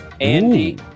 Andy